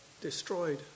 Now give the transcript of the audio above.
destroyed